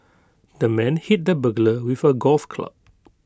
the man hit the burglar with A golf club